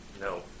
No